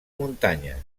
muntanyes